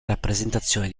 rappresentazioni